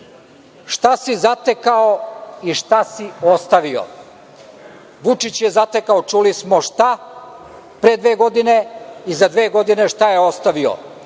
šta si zatekao i šta si ostavio. Vučić je zatekao čuli smo šta pre dve godine, a za dve godine šta je ostavio.